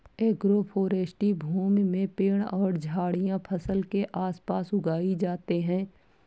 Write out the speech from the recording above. agroforestry भूमि में पेड़ और झाड़ियाँ फसल के आस पास उगाई जाते है